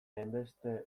hainbeste